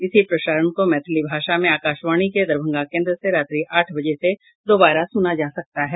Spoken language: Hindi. इसी प्रसारण को मैथिली भाषा में आकाशवाणी के दरभंगा केन्द्र से रात्रि आठ बजे से दोबारा सुना जा सकता है